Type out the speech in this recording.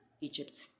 egypt